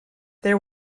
there